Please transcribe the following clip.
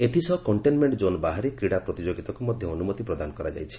ଏଥିସହ containment zone ବାହାରେ କ୍ରୀଡ଼ା ପ୍ରତିଯୋଗୀତାକୁ ମଧ୍ୟ ଅନୁମତି ପ୍ରଦାନ କରାଯାଇଛି